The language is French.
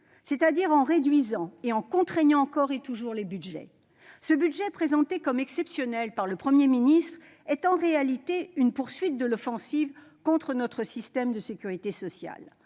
c'est-à-dire en réduisant et en contraignant encore et toujours les budgets. Ce budget, présenté comme exceptionnel par le Premier ministre, est en réalité une poursuite de l'offensive contre notre système de sécurité sociale.